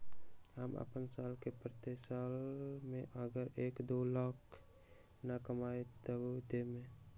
हम अपन साल के प्रत्येक साल मे अगर एक, दो लाख न कमाये तवु देम?